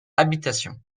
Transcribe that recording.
habitation